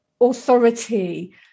authority